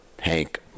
hank